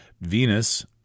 Venus